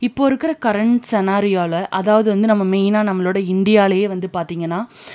இப்போ இருக்கிற கரண்ட் செனாரியோவில் அதாவது வந்து நம்ம மெயினாக நம்மளோடய இந்தியாவில் வந்து பார்த்திங்கன்னா